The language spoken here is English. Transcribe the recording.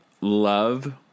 love